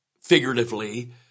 figuratively